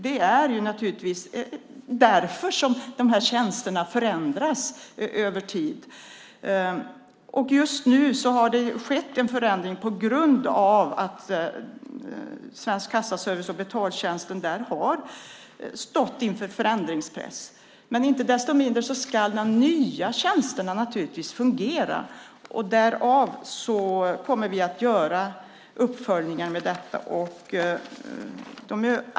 Det är därför tjänsterna förändras över tid. Just nu har det skett en förändring på grund av att Svensk Kassaservice och betaltjänsten där har stått inför förändringspress. Inte desto mindre ska de nya tjänsterna givetvis fungera. Därför kommer vi att göra uppföljningar av detta.